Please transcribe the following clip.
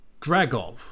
Dragov